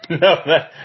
No